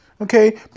Okay